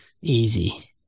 Easy